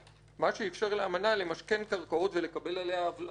- מה שאפשר לאמנה למשכן קרקעות ולקבל עליה הלוואות.